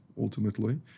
ultimately